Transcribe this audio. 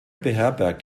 beherbergt